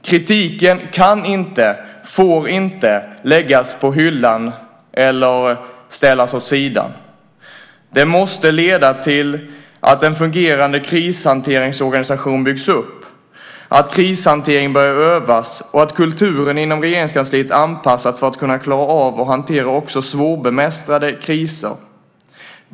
Kritiken kan inte, får inte, läggas på hyllan eller ställas åt sidan. Den måste leda till att en fungerande krishanteringsorganisation byggs upp, att krishantering börjar övas och att kulturen inom Regeringskansliet anpassas för att kunna klara av att hantera också svårbemästrade kriser.